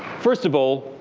first of all,